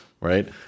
right